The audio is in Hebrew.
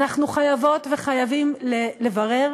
אנחנו חייבים וחייבות לברר